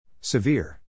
Severe